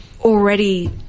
already